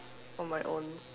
on my own